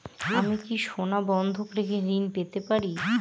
আমি কি সোনা বন্ধক রেখে ঋণ পেতে পারি?